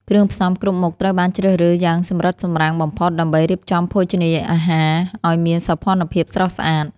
គ្រឿងផ្សំគ្រប់មុខត្រូវបានជ្រើសរើសយ៉ាងសម្រិតសម្រាំងបំផុត ដើម្បីរៀបចំភោជនីយអាហារឱ្យមានសោភ័ណភាពស្រស់ស្អាត។